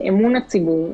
אמון הציבור.